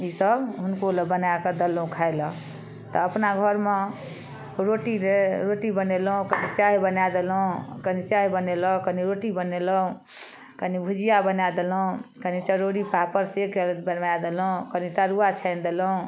ईसब हुनको लए बनाकऽ देलहुँ खाइ लए तऽ अपना घरमे रोटी रे बनेलहुँ कनी चाय बना देलहुँ कनी चाय बनेलहुँ कनी रोटी बनेलहुँ कनी भुजिया बना देलहुँ कनी चरौरी पापड़ से बनबा देलहुँ कनी तरुआ छानि देलहुँ